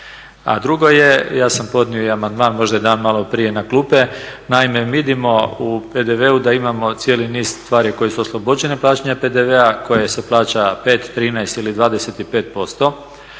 A drugo je, ja sam podnio i amandman, možda je dan malo prije na klupe, naime vidimo u PDV-u da imamo cijeli niz stvari koje su oslobođene plaćanja PDV-a, koje se plaća 5, 13 ili 25%.